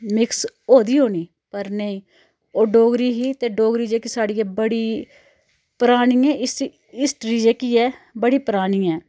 mix होई दी होनी पर नेईं ओह् डोगरी ही ते डोगरी जेह्की साढ़ी ऐ ओह् बड़ी परानी ऐ इसदी हिस्टरी जेह्की ऐ बड़ी परानी ऐ